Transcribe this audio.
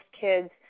kids